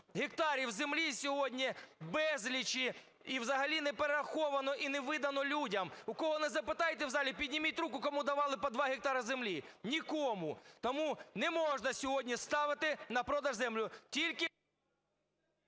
гектарів землі сьогодні безлічі і взагалі не перераховано і не видано людям. У кого не запитайте в залі, підніміть руку, кому давали по два гектара землі? Нікому. Тому не можна сьогодні ставити на продаж землю…